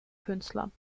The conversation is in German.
künstlern